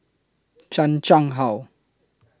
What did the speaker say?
Chan Chang How